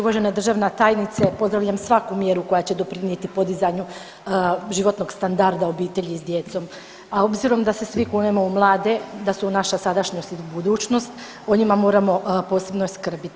Uvažena državna tajnice pozdravljam svaku mjeru koja će doprinijeti podizanju životnog standarda obitelji s djecom, a obzirom da se svi kunemo u mlade da su naša sadašnjost i budućnost o njima moramo posebno skrbiti.